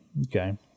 Okay